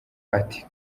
ati